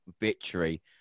victory